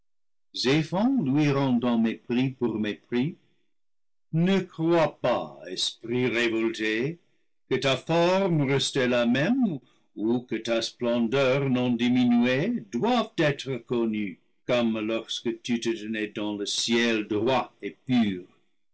vaine zéphon lui rendant mépris pour mépris ne crois pas esprit révolté que ta forme restée la même ou que ta splendeur non diminuée doivent être connues comme lorsque tu te tenais dans le ciel droit et pur